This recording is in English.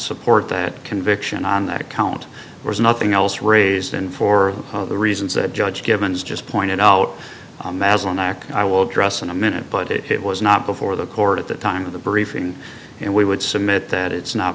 support that conviction on that count was nothing else raised and for the reasons that judge givens just pointed out as an act i will address in a minute but it was not before the court at the time of the briefing and we would submit that it's not